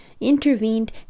intervened